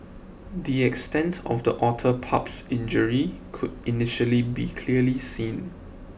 the extent of the otter pup's injury could initially be clearly seen